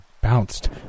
bounced